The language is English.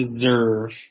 deserve